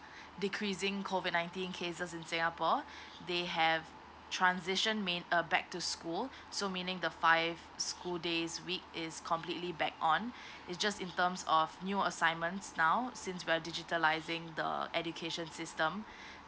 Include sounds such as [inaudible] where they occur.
[breath] decreasing COVID nineteen cases in singapore [breath] they have transition main uh back to school so meaning the five school days week is completely back on [breath] it's just in terms of new assignments now since we are digitalizing the education system [breath]